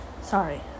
sorry